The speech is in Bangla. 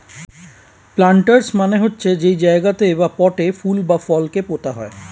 প্লান্টার্স মানে হচ্ছে যেই জায়গাতে বা পটে ফুল বা ফল কে পোতা হয়